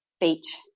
Beach